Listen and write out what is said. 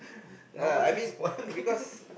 uh I mean because